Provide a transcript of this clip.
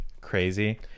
crazy